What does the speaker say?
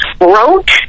wrote